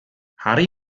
harri